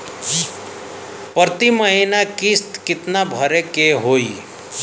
प्रति महीना किस्त कितना भरे के होई?